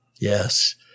Yes